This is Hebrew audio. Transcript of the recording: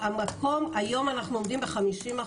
המקום, היום אנחנו עומדים ב-50%.